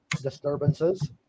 disturbances